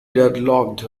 deadlocked